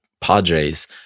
Padres